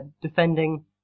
defending